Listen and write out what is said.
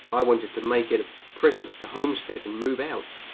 i wanted to make it a present of the homestead and move out.